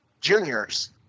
juniors